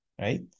right